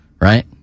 right